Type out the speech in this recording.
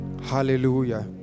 hallelujah